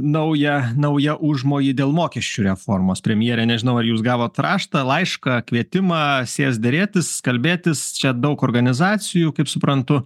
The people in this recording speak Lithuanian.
naują naują užmojį dėl mokesčių reformos premjere nežinau ar jūs gavot raštą laišką kvietimą sėst derėtis kalbėtis čia daug organizacijų kaip suprantu